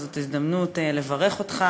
וזאת הזדמנות לברך אותך.